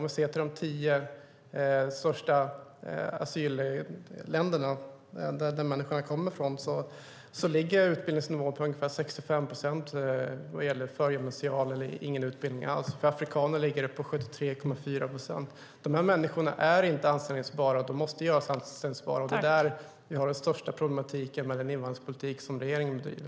Räknar vi på de tio länder som flest asylsökande kommer från har ungefär 65 procent av dem som kommer till Sverige endast förgymnasial utbildning eller ingen utbildning alls. För afrikaner ligger det på 73,4 procent. Dessa människor är inte anställbara. De måste göras anställbara. Det är där vi har den största problematiken med den invandringspolitik som regeringen driver.